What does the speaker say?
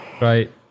Right